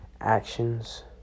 actions